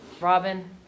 Robin